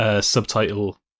subtitle